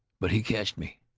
but he ketched me.